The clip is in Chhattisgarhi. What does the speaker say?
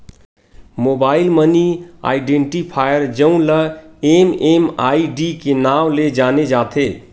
मोबाईल मनी आइडेंटिफायर जउन ल एम.एम.आई.डी के नांव ले जाने जाथे